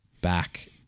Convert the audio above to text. back